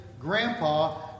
Grandpa